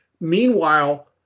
Meanwhile